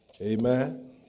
Amen